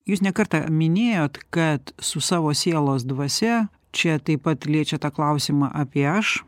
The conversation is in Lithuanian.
jūs ne kartą minėjot kad su savo sielos dvasia čia taip pat liečia tą klausimą apie aš